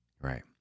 Right